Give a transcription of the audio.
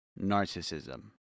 narcissism